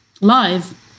live